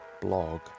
blog